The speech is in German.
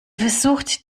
versucht